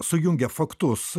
sujungia faktus